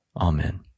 amen